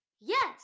Yes